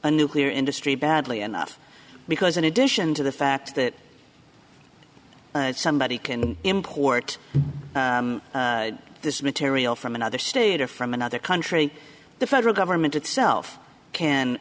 a nuclear industry badly enough because in addition to the fact that somebody can import this material from another state or from another country the federal government itself can